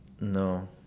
no